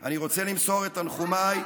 תתבייש.